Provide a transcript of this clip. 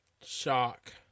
Shock